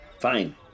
Fine